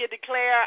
Declare